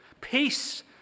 Peace